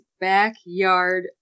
Backyard